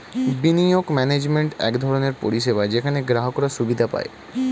বিনিয়োগ ম্যানেজমেন্ট এক ধরনের পরিষেবা যেখানে গ্রাহকরা সুবিধা পায়